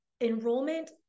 enrollment